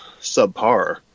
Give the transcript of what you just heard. subpar